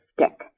stick